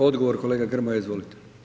Odgovor kolega Grmoja, izvolite.